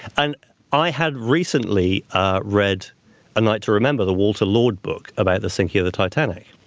and i had recently ah read a night to remember the walter lord book about the sinking of the titanic.